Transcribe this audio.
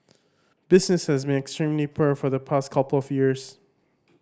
business has been extremely poor for the past couple of years